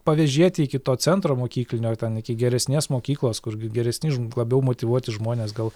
pavėžėti iki to centro mokyklinio ar ten iki geresnės mokyklos kur g geresni labiau motyvuoti žmonės gal